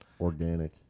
organic